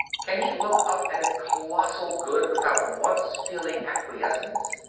can he look up at its colossal good without once feeling acquiescence?